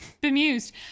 bemused